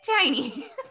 tiny